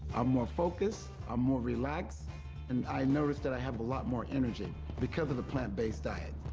i'm more focused, i'm more relaxed and i notice that i have a lot more energy because of the plant-based diet.